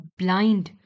blind